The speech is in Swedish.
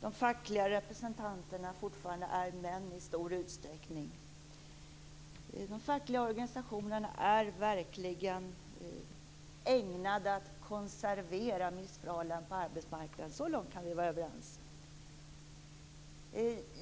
de fackliga representanterna fortfarande är män i stor utsträckning. De fackliga organisationerna är verkligen ägnade att konservera missförhållanden på arbetsmarknaden. Så långt kan vi vara överens.